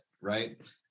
right